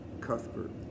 Cuthbert